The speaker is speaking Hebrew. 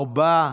4,